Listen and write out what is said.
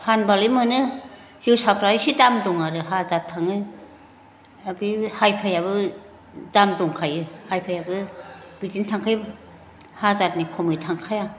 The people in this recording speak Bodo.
फानबालाय मोनो जोसाफ्रा इसे दाम दं आरो हाजार थाङो ओ बे हाय फायआबो दाम दंखायो हाय फायआबो बिदिनो थांखायो हाजारनि खमै थांखाया